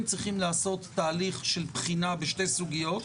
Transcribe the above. צריכים לעשות תהליך של בחינה בשתי סוגיות,